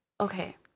Okay